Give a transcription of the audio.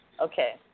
Okay